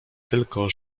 tylko